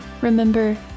Remember